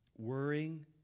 Worrying